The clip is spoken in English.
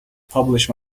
publish